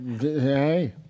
Hey